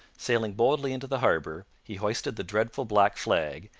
sailing boldly into the harbor, he hoisted the dreadful black flag,